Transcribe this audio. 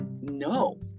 no